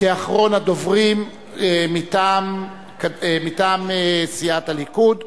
כאחרון הדוברים מטעם סיעת הליכוד.